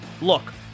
Look